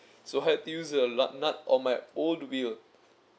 so had to use a locknut on my old wheel